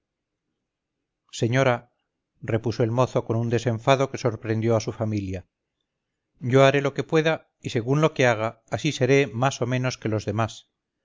señora repuso el mozo con un desenfado que sorprendió a su familia yo haré lo que pueda y según lo que haga así seré más o menos que los demás